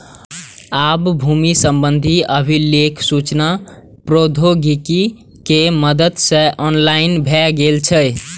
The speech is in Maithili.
आब भूमि संबंधी अभिलेख सूचना प्रौद्योगिकी के मदति सं ऑनलाइन भए गेल छै